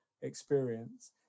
experience